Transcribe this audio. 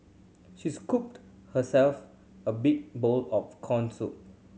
she scooped herself a big bowl of corn soup